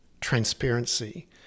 transparency